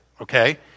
okay